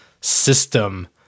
system